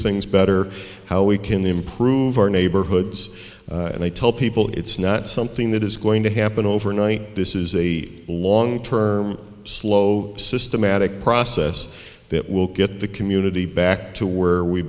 things better how we can improve our neighborhoods and i tell people it's not something that is going to happen overnight this is a long term slow systematic process that will get the community back to where we